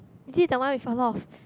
is it the one with a lot of